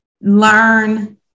learn